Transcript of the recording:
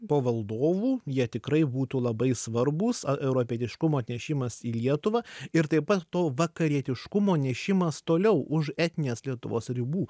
po valdovų jie tikrai būtų labai svarbūs a europietiškumo atnešimas į lietuvą ir taip pat to vakarietiškumo nešimas toliau už etninės lietuvos ribų